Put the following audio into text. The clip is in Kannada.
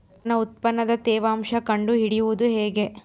ನನ್ನ ಉತ್ಪನ್ನದ ತೇವಾಂಶ ಕಂಡು ಹಿಡಿಯುವುದು ಹೇಗೆ?